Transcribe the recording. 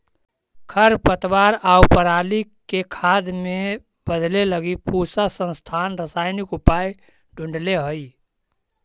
खरपतवार आउ पराली के खाद में बदले लगी पूसा संस्थान रसायनिक उपाय ढूँढ़ले हइ